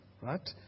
Right